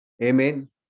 Amen